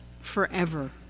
forever